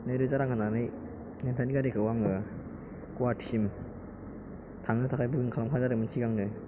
नैरोजा रां होनानै नोंथांनि गारिखौ आङो गुवाहाटीसिम थांनो थाखाय बुकिं खालामखादों आरो सिगांनो